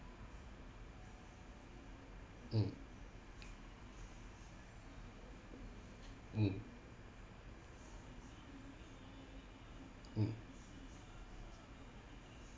mm mm mm